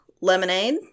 lemonade